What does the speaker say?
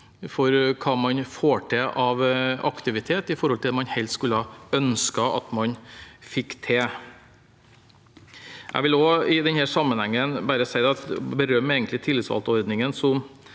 for hva man får til av aktivitet i forhold til det man helst skulle ønsket at man fikk til. Jeg vil i den sammenheng bare si at jeg berømmer tillitsvalgtordningen,